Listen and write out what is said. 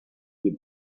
die